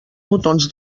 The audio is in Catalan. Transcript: botons